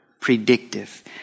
predictive